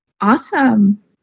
Awesome